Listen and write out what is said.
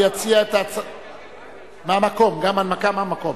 הנמקה מהמקום.